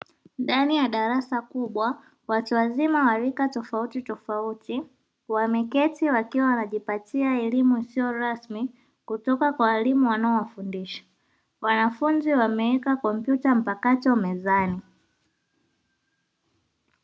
Ndani ya darasa kubwa watu wazima wa rika tofauti tofauti wameketi wakiwa wanajipatia elimu isiyo rasmi kutoka kwa walimu wanaowafundisha, wanafunzi wameweka kompyuta mpakato mezani.